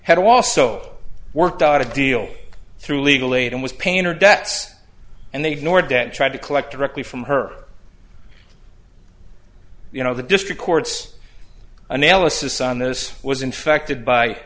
had also worked out a deal through legal aid and was pain or debts and they've nor debt tried to collect directly from her you know the district court's analysis on this was infected by